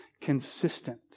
consistent